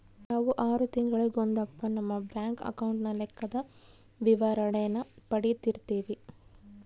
ನಾವು ಆರು ತಿಂಗಳಿಗೊಂದಪ್ಪ ನಮ್ಮ ಬ್ಯಾಂಕ್ ಅಕೌಂಟಿನ ಲೆಕ್ಕದ ವಿವರಣೇನ ಪಡೀತಿರ್ತೀವಿ